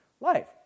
life